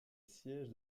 siège